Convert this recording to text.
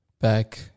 back